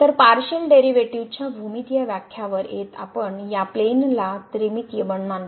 तर partial derivatives च्या भूमितीय व्याख्या वर येत आपण या प्लेन ला त्रिमितीय मानतो